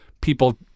people